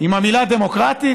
עם המילה "דמוקרטית"?